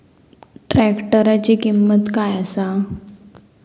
ट्रॅक्टराची किंमत काय आसा?